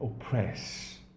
oppress